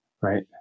right